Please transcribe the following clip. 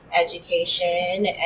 education